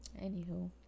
Anywho